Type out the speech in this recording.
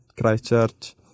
Christchurch